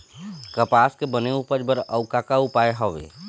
कपास के बने उपज बर अउ का का उपाय हवे?